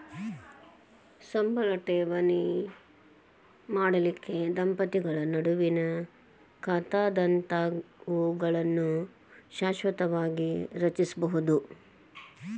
ಸಂಬಳ ಠೇವಣಿ ಮಾಡಲಿಕ್ಕೆ ದಂಪತಿಗಳ ನಡುವಿನ್ ಖಾತಾದಂತಾವುಗಳನ್ನ ಶಾಶ್ವತವಾಗಿ ರಚಿಸ್ಬೋದು